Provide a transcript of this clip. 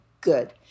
Good